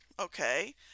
Okay